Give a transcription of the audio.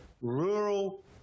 rural